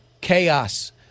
chaos